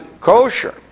kosher